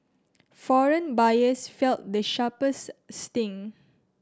foreign buyers felt the sharpest sting